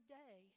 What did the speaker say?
day